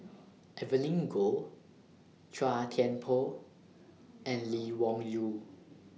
Evelyn Goh Chua Thian Poh and Lee Wung Yew